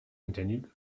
continued